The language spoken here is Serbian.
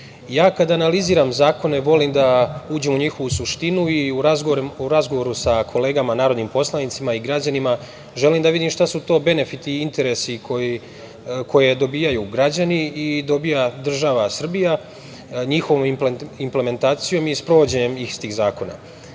ja kada analiziram zakone, volim da uđem u njihovu suštinu i u razgovoru sa kolegama narodnim poslanicima i građanima, želim da vidim šta su to benefiti i interesi koje dobijaju građani i dobija država Srbija njihovom implementacijom i sprovođenjem iz tih zakona. Kao